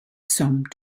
some